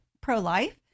pro-life